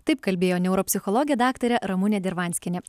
taip kalbėjo neuropsichologė daktarė ramunė dirvanskienė